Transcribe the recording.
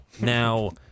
now